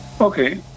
Okay